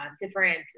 different